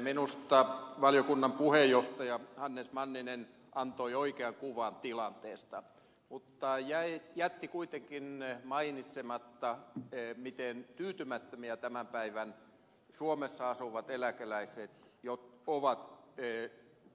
minusta valiokunnan puheenjohtaja hannes manninen antoi oikean kuvan tilanteesta mutta jätti kuitenkin mainitsematta miten tyytymättömiä tämän päivän suomessa asuvat eläkeläiset ovat